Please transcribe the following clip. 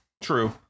true